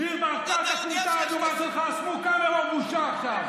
תגיד, איפה הבושה עכשיו?